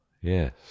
yes